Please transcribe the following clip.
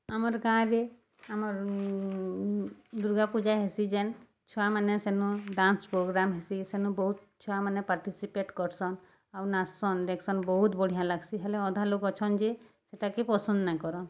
ଆମର୍ ଗାଁରେ ଆମର୍ ଦୁର୍ଗାପୂଜା ହେସି ଯେନ୍ ଛୁଆମାନେ ସେନୁ ଡାନ୍ସ ପ୍ରୋଗ୍ରାମ୍ ହେସି ସେନୁ ବହୁତ୍ ଛୁଆମାନେ ପାର୍ଟିସିପେଟ୍ କର୍ସନ୍ ଆଉ ନାଚ୍ସନ୍ ଦେଖ୍ସନ୍ ବହୁତ୍ ବଢ଼ିଆଁ ଲାଗ୍ସି ହେଲେ ଅଧା ଲୋକ୍ ଅଛନ୍ ଯେ ସେଟାକେ ପସନ୍ଦ୍ ନାଇଁ କରନ୍